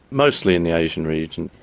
mostly in the asian region.